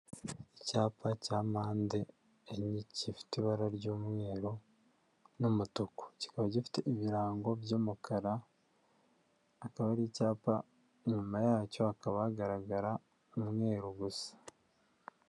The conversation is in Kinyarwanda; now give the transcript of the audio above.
Icyapa cya mpande enye gifite ibara ry'umweru n'umutuku, kikaba gifite ibirango by'umukara akaba ari icyapa inyuma yacyo hakaba hagaragara umweru gusa.